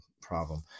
problem